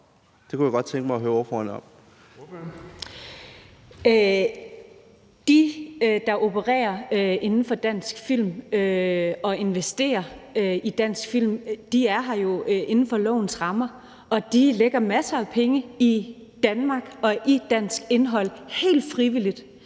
film og investerer i dansk film, er her jo inden for lovens rammer, og de lægger masser af penge i Danmark og i dansk indhold helt frivilligt.